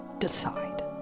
decide